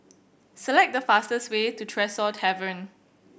select the fastest way to Tresor Tavern